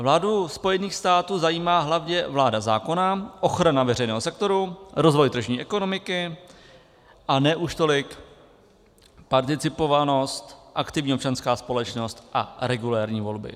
Vládu Spojených států zajímá hlavně vláda zákona, ochrana veřejného sektoru, rozvoj tržní ekonomiky a ne už tolik participovanost, aktivní občanská společnost a regulérní volby.